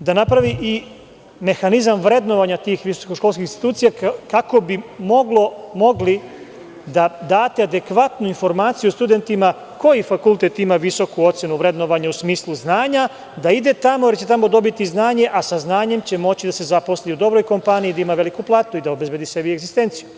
da napravi i mehanizam vrednovanja tih visokoškolskih institucija kako bi mogli da date adekvatnu informaciju o studentima koji fakultet ima visoku ocenu vrednovanja u smislu znanja, da ide tamo jer će tamo dobiti znanje, a sa znanjem će moći da se zaposli u dobroj kompaniji, da ima veliku platu i da obezbedi sebi egzistenciju.